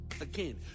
Again